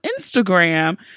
Instagram